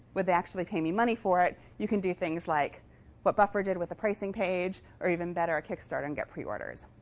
would they actually pay me money for it? you can do things like what buffer did with the pricing page, or even better, a kickstarter and get pre-orders.